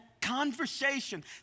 conversation